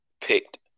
picked